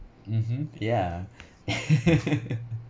mmhmm yeah